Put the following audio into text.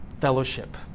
fellowship